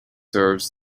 serves